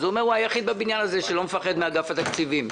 אז הוא אמר: "הוא היחיד בבניין הזה שלא מפחד מאגף התקציבים.".